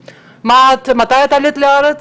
מתי את עלית לארץ?